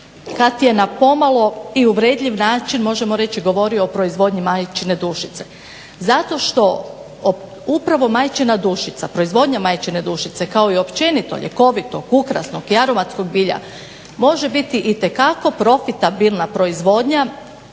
kad je na pomalo i uvredljiv način možemo reći govorio o proizvodnji majčice dušice jer zato što upravo majčina dušica, proizvodnja majčine dušice kao i općenito ljekovitog, ukrasnog i aromatskog bilja može biti itekako profitabilna proizvodnja,